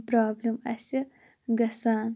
problem اَسہِ گَژھان